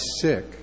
sick